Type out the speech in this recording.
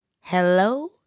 Hello